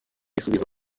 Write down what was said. bisubizo